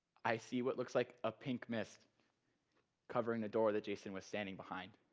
i see what looks like a pink mist covering the door that jason was standing behind.